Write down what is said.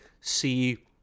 see